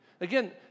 Again